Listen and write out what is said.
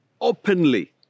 openly